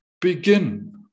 begin